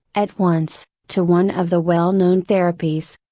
at once, to one of the well known therapies.